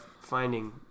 finding